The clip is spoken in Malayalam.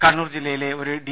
കണ്ണൂർ ജില്ലയിലെ ഒരു ഡി